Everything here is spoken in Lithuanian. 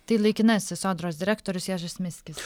tai laikinasis sodros direktorius ježis miskis